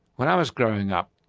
when i was growing up,